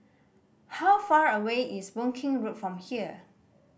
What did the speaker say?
how far away is Boon Keng Road from here